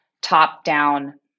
top-down